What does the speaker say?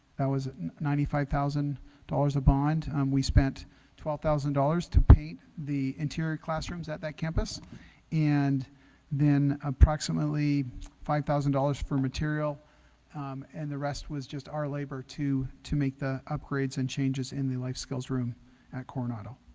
that was ninety five thousand dollars a bond we spent twelve thousand dollars to paint the interior classrooms at that campus and approximately five thousand dollars for material and the rest was just our labor to to make the upgrades and changes in the life skills room at coronado